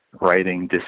writing